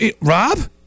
Rob